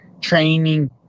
training